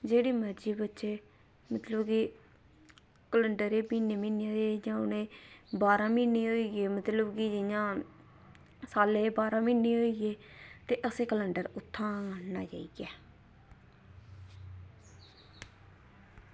जेह्ड़ी मर्जी बच्चे जेह्ड़ी की केलैंडर एह् म्हीने म्हीने दे जां उनें बारहां म्हीनै होइये मतलब की जियां सालै दे बारहां म्हीने होइये ते असें केलैंडर उत्थां गै आह्नना जाइयै